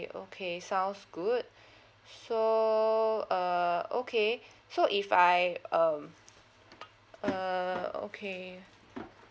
okay sounds good so err okay so if I um err okay